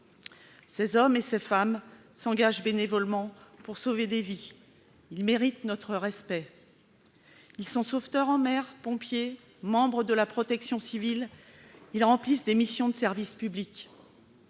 Ces hommes et ces femmes s'engagent bénévolement pour sauver des vies. Ils méritent notre respect. Ils sont sauveteurs en mer, pompiers, membres de la protection civile et remplissent des missions de service public.